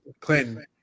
Clinton